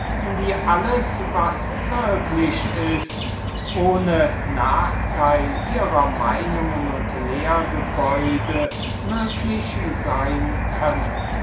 wie dasjenige was würklich ist ohne nachteil ihrer meinungen und lehrgebäude möglich sein könne